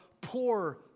Poor